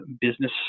business